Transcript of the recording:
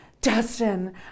Dustin